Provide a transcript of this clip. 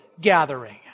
gathering